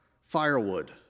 firewood